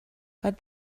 but